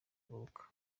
kuruhuka